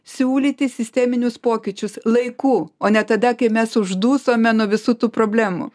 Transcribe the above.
siūlyti sisteminius pokyčius laiku o ne tada kai mes uždusome nuo visų tų problemų